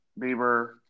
Bieber